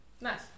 Nice